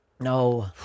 No